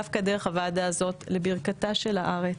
דווקא דרך הוועדה הזאת, לברכתה של הארץ.